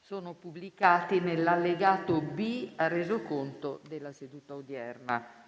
sono pubblicati nell’allegato B al Resoconto della seduta odierna.